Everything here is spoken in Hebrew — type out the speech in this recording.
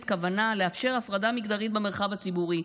כוונה לאפשר הפרדה מגדרית במרחב הציבורי,